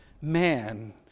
man